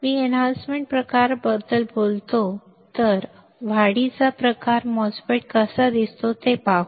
मी वर्धित प्रकार MOSFET बद्दल बोललो तर वाढीचा प्रकार MOSFET कसा दिसतो ते पाहू